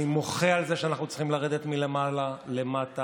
אני מוחה על זה שאנחנו צריכים לרדת מלמעלה למטה,